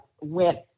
went